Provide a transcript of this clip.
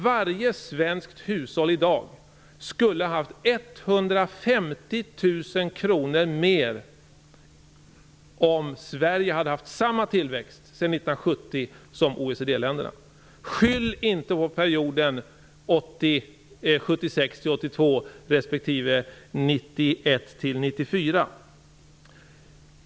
Varje svenskt hushåll skulle i dag haft 150 000 kr mer om Sverige sedan 1970 hade haft samma tillväxt som OECD-länderna. Skyll inte på perioden 1976-1982 respektive 1991-1994!